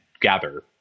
gather